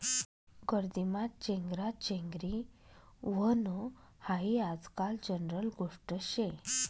गर्दीमा चेंगराचेंगरी व्हनं हायी आजकाल जनरल गोष्ट शे